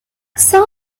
soon